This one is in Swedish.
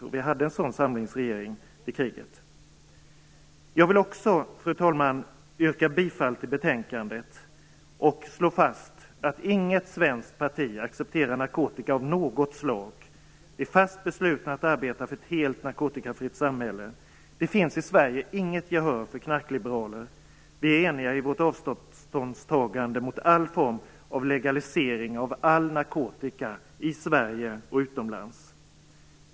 Sverige hade en sådan samlingsregering under kriget. Fru talman! Jag vill också yrka bifall till hemställan i betänkandet och slå fast att inget svenskt parti accepterar narkotika av något slag. Vi är fast beslutna att arbeta för ett helt narkotikafritt samhälle. Det finns i Sverige inget gehör för knarkliberaler. Vi är eniga i vårt avståndstagande mot all form av legalisering av all narkotika i Sverige och utomlands.